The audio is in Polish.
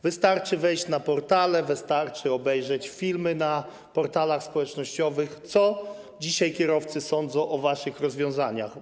Wystarczy wejść na portale, wystarczy obejrzeć filmy na portalach społecznościowych o tym, co dzisiaj kierowcy sądzą o waszych rozwiązaniach.